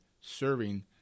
serving